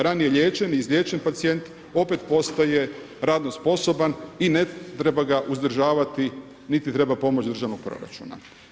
Ranije liječen i izliječen pacijent opet postaje radno sposoban i ne treba ga uzdržavati niti treba pomoć državnog proračuna.